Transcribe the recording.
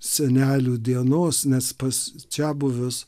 senelių dienos nes pas čiabuvius